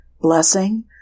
blessing